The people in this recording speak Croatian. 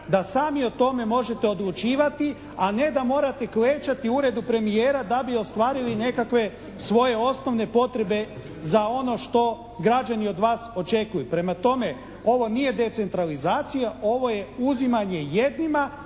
da sami o tome možete odlučivati, a ne da morate klečati u Uredu premijera da bi ostvarili nekakve svoje osnovne potrebe za ono što građani od vas očekuju. Prema tome, ovo nije decentralizacija, ovo je uzimanje jednima